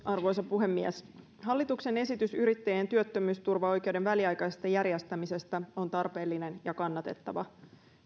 arvoisa puhemies hallituksen esitys yrittäjien työttömyysturvaoikeuden väliaikaisesta järjestämisestä on tarpeellinen ja kannatettava